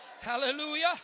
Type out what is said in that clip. Hallelujah